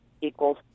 equals